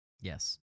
Yes